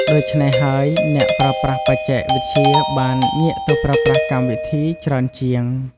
ដូច្នេះហើយអ្នកប្រើប្រាស់បច្ចេកវិទ្យាបានងាកទៅប្រើប្រាស់កម្មវិធីច្រើនជាង។